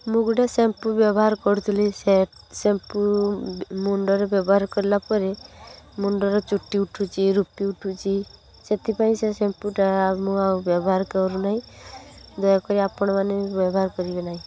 ମୁଁ ଗୋଟେ ସାମ୍ପୁ ବ୍ୟବହାର କରୁଥିଲି ସେ ସାମ୍ପୁ ମୁଣ୍ଡରେ ବ୍ୟବହାର କଲାପରେ ମୁଣ୍ଡର ଚୁଟି ଉଠୁଛି ରୂପି ଉଠୁଛି ସେଥିପାଇଁ ସେ ସାମ୍ପୁଟା ଆଉ ମୁଁ ଆଉ ବ୍ୟବହାର କରୁନାହିଁ ଦୟାକରି ଆପଣ ମାନେ ବ୍ୟବହାର କରିବେ ନାହିଁ